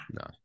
no